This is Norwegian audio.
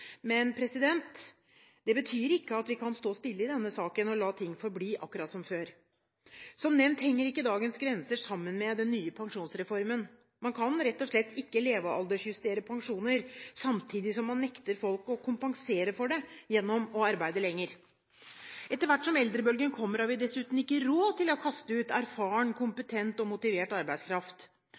Men det betyr ikke at vi kan stå stille i denne saken og la ting forbli akkurat som før. Som nevnt henger ikke dagens grenser sammen med den nye pensjonsreformen. Man kan rett og slett ikke levealdersjustere pensjoner samtidig som man nekter folk å kompensere for det gjennom å arbeide lenger. Etterhvert som eldrebølgen kommer, har vi dessuten ikke råd til å kaste ut erfaren, kompetent og motivert arbeidskraft.